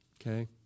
Okay